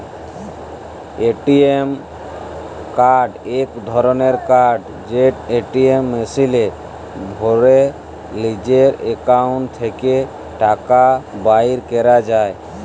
ATM card ইক ধরলের card যেট এটিএম মেশিলে ভ্যরে লিজের একাউল্ট থ্যাকে টাকা বাইর ক্যরা যায়